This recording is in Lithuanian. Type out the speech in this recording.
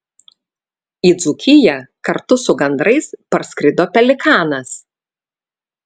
į dzūkiją kartu su gandrais parskrido pelikanas